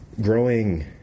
growing